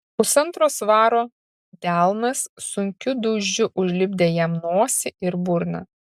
pusantro svaro delnas sunkiu dūžiu užlipdė jam nosį ir burną